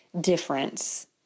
difference